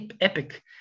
epic